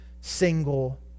single